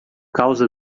causa